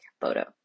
photo